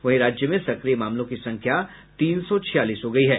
वहीं राज्य में सक्रिय मामलों की संख्या तीन सौ छियालीस है